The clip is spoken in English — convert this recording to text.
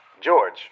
George